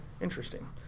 Interesting